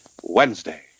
Wednesday